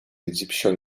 egyptian